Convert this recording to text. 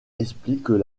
expliquent